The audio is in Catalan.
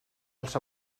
els